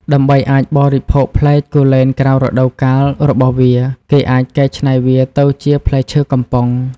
ដើម្បីអាចបរិភោគផ្លែគូលែនក្រៅរដូវកាលរបស់វា គេអាចកែច្នៃវាទៅជា ផ្លែឈើកំប៉ុង។